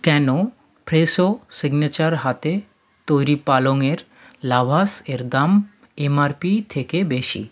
কেন Fresho signature হাতে তৈরি পালঙের লাভাশ এর দাম এম আর পি থেকে বেশি